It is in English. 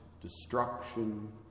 destruction